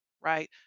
right